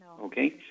Okay